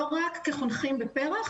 לא רק כחונכים בפר"ח.